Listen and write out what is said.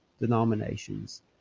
denominations